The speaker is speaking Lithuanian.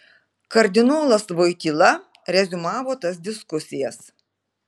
kardinolas voityla reziumavo tas diskusijas